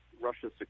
Russia's